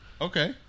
Okay